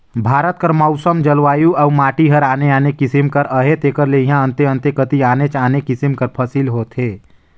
भारत कर मउसम, जलवायु अउ माटी हर आने आने किसिम कर अहे तेकर ले इहां अन्ते अन्ते कती आनेच आने किसिम कर फसिल होथे